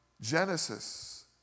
Genesis